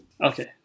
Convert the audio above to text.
okay